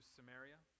Samaria